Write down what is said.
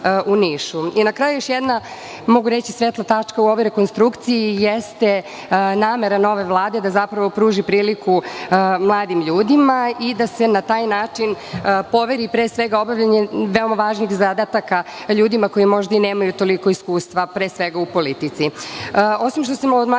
kraju još jedna, mogu reći svetla tačka u ovoj rekonstrukciji jeste namera nove Vlade da zapravo pruži priliku mladim ljudima i da se na taj način poveri pre svega obavljanje veoma važnih zadataka ljudima koji možda i nemaju toliko iskustva pre svega u politici. Osim što se od mladih ljudi